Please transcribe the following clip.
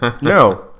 No